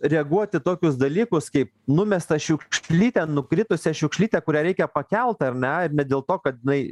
reaguot į tokius dalykus kaip numestą šiukšlytę nukritusią šiukšlytę kurią reikia pakelt ar ne dėl to kad jinai